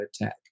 attack